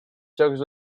jocs